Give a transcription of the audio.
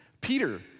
Peter